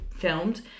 Filmed